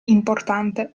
importante